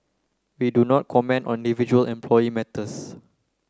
we do not comment on individual employee matters